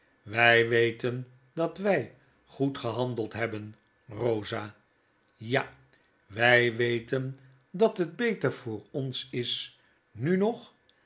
wij weten dat wjj goed gehandeld hebben eosa ja wjj weten dat het beter voor ons is nu nog